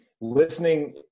listening